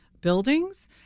buildings